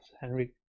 Henry